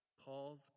Paul's